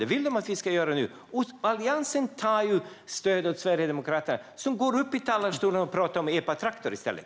Det vill de att vi ska göra nu. Och Alliansen tar stöd av Sverigedemokraterna, som går upp i talarstolen och talar om epatraktorer i stället.